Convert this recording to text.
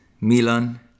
Milan